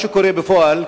מה שקורה בפועל,